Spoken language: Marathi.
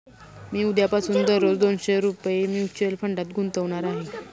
मी उद्यापासून दररोज दोनशे रुपये म्युच्युअल फंडात गुंतवणार आहे